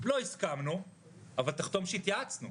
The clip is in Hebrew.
לא הסכמנו אבל תחתום שהתייעצנו,